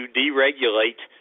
deregulate